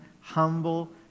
humble